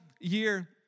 year